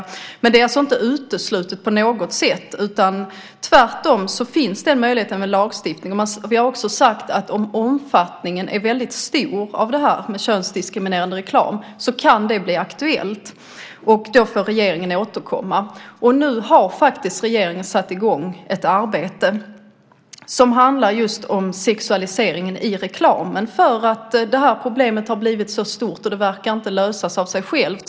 Lagstiftning är alltså inte på något sätt uteslutet. Tvärtom finns den möjligheten kvar, och vi har sagt att om omfattningen av den könsdiskriminerande reklamen blir väldigt stor kan det bli aktuellt. I så fall får regeringen återkomma. Regeringen har nu satt i gång ett arbete som handlar om sexualiseringen i reklamen, just för att problemet blivit så pass stort och det inte verkar lösa sig av sig självt.